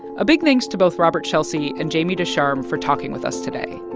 a big thanks to both robert chelsea and jamie ducharme for talking with us today.